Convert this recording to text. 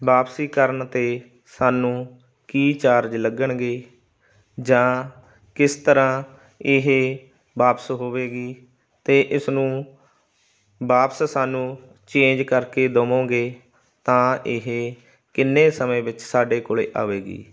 ਵਾਪਸੀ ਕਰਨ 'ਤੇ ਸਾਨੂੰ ਕੀ ਚਾਰਜ ਲੱਗਣਗੇ ਜਾਂ ਕਿਸ ਤਰ੍ਹਾਂ ਇਹ ਵਾਪਸ ਹੋਵੇਗੀ ਅਤੇ ਇਸ ਨੂੰ ਵਾਪਸ ਸਾਨੂੰ ਚੇਂਜ ਕਰਕੇ ਦੋਵੋਗੇ ਤਾਂ ਇਹ ਕਿੰਨੇ ਸਮੇਂ ਵਿੱਚ ਸਾਡੇ ਕੋਲੇ ਆਵੇਗੀ